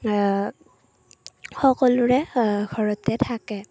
সকলোৰে ঘৰতে থাকে